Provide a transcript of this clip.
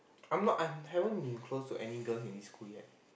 I'm not I haven't been close to any girls in this school yet